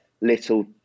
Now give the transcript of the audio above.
little